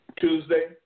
Tuesday